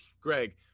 greg